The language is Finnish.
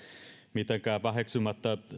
mitenkään väheksymättä